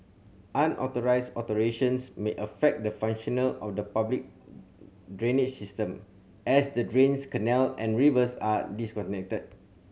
Unauthorised alterations may affect the functional of the public drainage system as the drains canal and rivers are disconnected